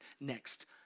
next